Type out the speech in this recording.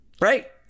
Right